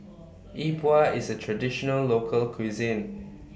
Yi Bua IS A Traditional Local Cuisine